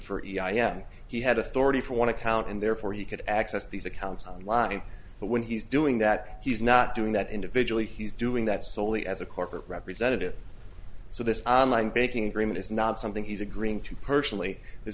for yeah he had authority for one account and therefore he could access these accounts online but when he's doing that he's not doing that individually he's doing that solely as a corporate representative so this baking agreement is not something he's agreeing to personally th